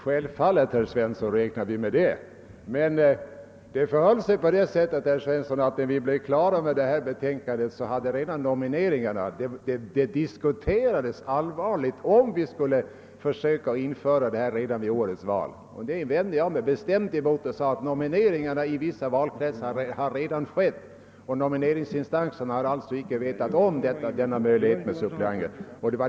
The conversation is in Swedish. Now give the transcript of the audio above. Herr talman! Självfallet räknade vi med det, herr Svensson i Eskilstuna. Det diskuterades allvarligt huruvida ersättarsystemet skulle aktualiseras redan vid årets val. Det vände jag mig emot. När vi var klara med betänkandet var nomineringarna i vissa valkretsar redan avslutade. Nomineringsinstanserna hade alltså inte haft kännedom om denna möjlighet med suppleanter.